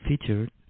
featured